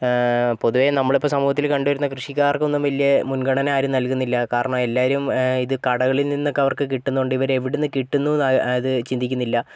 പൊതുവെ നമ്മളിപ്പോൾ സമൂഹത്തിൽ കണ്ടുവരുന്ന കൃഷിക്കാർക്കൊന്നും വലിയ മുൻഗണന ആരും നൽകുന്നില്ല കാരണം എല്ലാരും ഇത് കടകളിൽ നിന്നൊക്കെ അവർക്ക് കിട്ടുന്നത് കൊണ്ട് ഇവരെവിടുന്നു കിട്ടുന്നു എന്ന് അത് ചിന്തിക്കുന്നില്ല